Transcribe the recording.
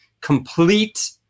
complete